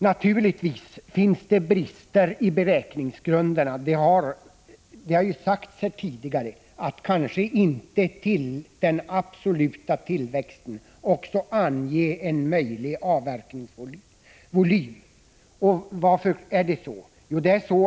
Naturligtvis finns det brister i beräkningsgrunderna. Det har ju sagts här tidigare att man beträffande den absoluta tillväxten inte anger en möjlig Prot. 1985/86:118 avverkningsvolym. Varför är det så?